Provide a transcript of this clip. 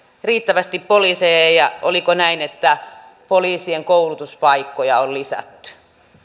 riittävästi poliiseja ja oliko näin että poliisien koulutuspaikkoja on lisätty